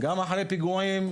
גם אחרי פיגועים,